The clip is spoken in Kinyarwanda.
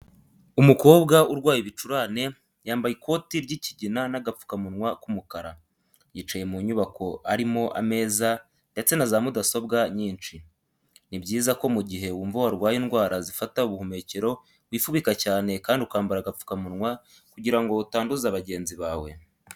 Umukobwa urwaye ibicurane yambaye ikoti ry'ikigina n'agapfukamunwa k'umukara, yicaye mu nyubako arimo ameza ndetse na za mudasobwa nyinshi. Ni byiza ko mugihe wumva warwaye indwara zifata ubuhumekero wifubika cyane kandi ukambara agapfukamunwa kugirango utanduza bagenzi bawe.